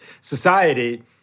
society